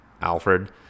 Alfred